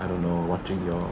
I don't know watching your